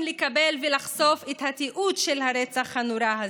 לקבל ולחשוף את התיעוד של הרצח הנורא הזה.